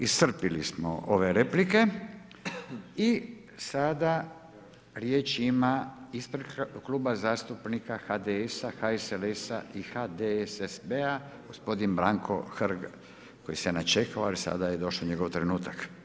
Iscrpili smo ove replike i sada riječ ima ispred Kluba zastupnika HDS-a, HSLS-a i HDSSB-a, gospodin Branko Hrg koji se načekao a sada je došao njegov trenutak.